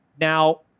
Now